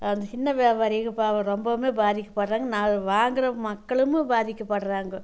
அந்த சின்ன வியாபாரிங்க பாவம் ரொம்பவுமே பாதிக்கப்படுறாங்க நாங்கள் வாங்குகிற மக்களும் பாதிக்கப்படுறாங்க